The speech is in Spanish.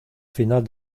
final